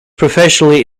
professionally